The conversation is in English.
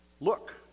Look